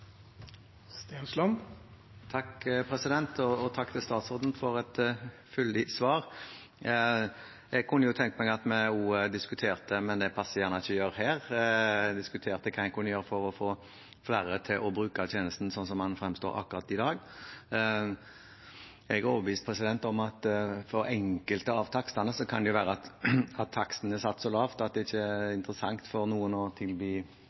Takk til statsråden for et fyldig svar. Jeg kunne tenkt meg at vi også diskuterte – men det passer gjerne ikke å gjøre her – hva en kunne gjøre for å få flere til å bruke tjenesten sånn som den fremstår akkurat i dag. Jeg er overbevist om at enkelte takster kan være satt så lavt at det ikke er interessant for noen å tilby